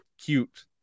cute